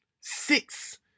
Six